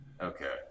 Okay